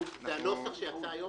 אני קורא את הנוסח שיצא היום